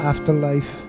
Afterlife